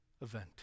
event